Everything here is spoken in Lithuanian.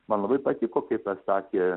man labai patiko kat pasakė